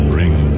ring